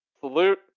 salute